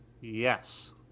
Yes